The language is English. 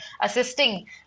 assisting